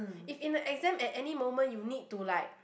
if in the exam at any moment you need to like